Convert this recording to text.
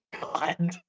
God